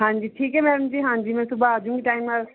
ਹਾਂਜੀ ਠੀਕ ਹੈ ਮੈਮ ਜੀ ਹਾਂਜੀ ਮੈਂ ਸੁਭਾ ਆ ਜੂੰਗੀ ਟਾਈਮ ਨਾਲ